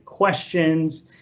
questions